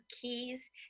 keys